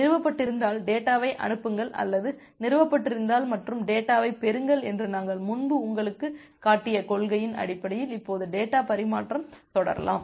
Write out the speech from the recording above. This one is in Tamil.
நிறுவப்பட்டிருந்தால் டேட்டாவை அனுப்புங்கள் அல்லது நிறுவப்பட்டிருந்தால் மற்றும் டேட்டாவைப் பெறுங்கள் என்று நாங்கள் முன்பு உங்களுக்குக் காட்டிய கொள்கையின் அடிப்படையில் இப்போது டேட்டா பரிமாற்றம் தொடரலாம்